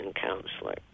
counselor